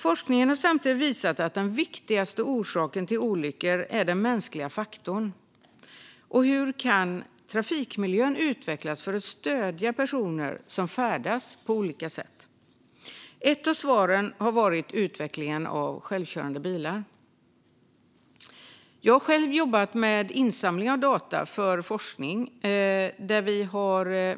Forskningen har samtidigt visat att den viktigaste orsaken till olyckor är den mänskliga faktorn. Hur kan trafikmiljön utvecklas för att stödja personer som färdas på olika sätt? Ett av svaren har varit utvecklingen av självkörande bilar. Jag har själv jobbat med insamling av data för forskning.